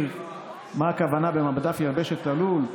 שיודע מה הכוונה במדף יבשת תלול,